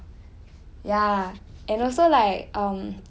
这种 then 等一下等一下你的 instructor 骂你你就死 liao